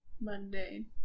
mundane